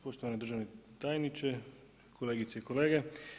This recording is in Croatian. Poštovani državni tajniče, kolegice i kolege.